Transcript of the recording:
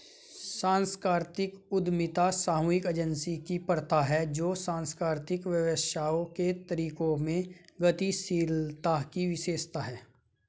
सांस्कृतिक उद्यमिता सामूहिक एजेंसी की प्रथा है जो सांस्कृतिक व्यवसायों के तरीकों में गतिशीलता की विशेषता है